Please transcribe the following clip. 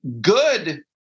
good